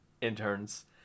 interns